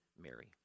Mary